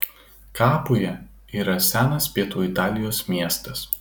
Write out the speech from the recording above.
kapuja yra senas pietų italijos miestas